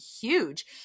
huge